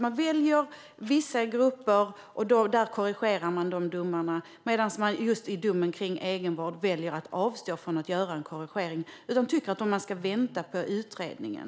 Man väljer vissa grupper och korrigerar domarna där, men när det gäller domen om egenvård väljer man att avstå från att göra en korrigering. Man tycker i stället att vi ska vänta på utredningen.